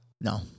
No